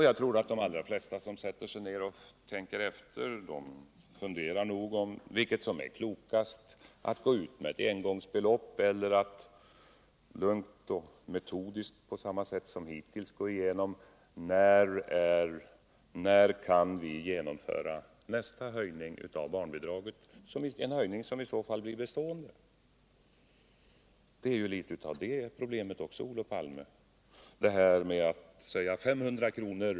Jag tror att de allra flesta som sätter sig ned och tänker efter undrar vilket som är klokast — att gå ut med ett engångsbelopp eller att lugnt och metodiskt, på samma sätt som hittills, ta ställning till när vi kan genomföra nästa höjning av barnbidraget, en höjning som i så fall skulle bli bestående. Det är ju också en del av problemet, Olof Palme. Att säga 500 kr.